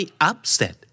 upset